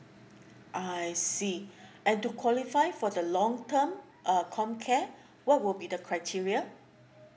ah I see and to qualify for the long term err comcare what will be the criteria